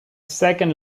second